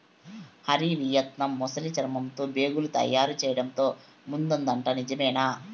Hari, Vietnam ముసలి చర్మంతో బేగులు తయారు చేయడంతో ముందుందట నిజమేనా